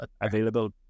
available